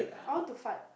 I want to fart